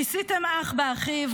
שיסיתם אח באחיו,